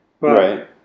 Right